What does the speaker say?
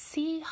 See